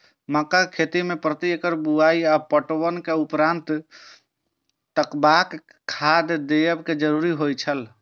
मक्का के खेती में प्रति एकड़ बुआई आ पटवनक उपरांत कतबाक खाद देयब जरुरी होय छल?